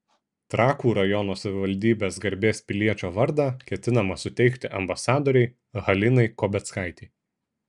trakų rajono savivaldybės garbės piliečio vardą ketinama suteikti ambasadorei halinai kobeckaitei